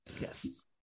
Yes